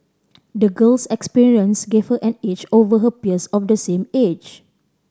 the girl's experience gave her an edge over her peers of the same age